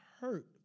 hurt